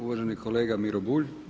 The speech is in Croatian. Uvaženi kolega Miro Bulj.